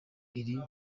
iri